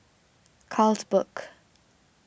Carlsberg